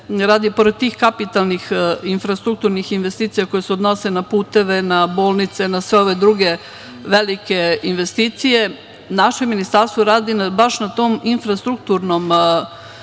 radi, pored tih kapitalnih infrastrukturnih investicija, koje se odnose na puteve, na bolnice, na sve ove druge velike investicije, baš na tom infrastrukturnom